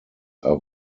are